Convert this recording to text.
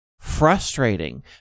frustrating